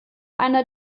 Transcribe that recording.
einer